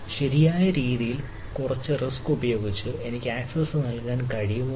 ശരിയായ രീതിയിൽ ഉൾപ്പെടുന്ന കുറച്ച് റിസ്ക് ഉപയോഗിച്ച് എനിക്ക് ആക്സസ് നൽകാൻ കഴിയുമോ എന്ന്